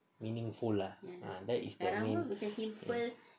meaningful lah that is what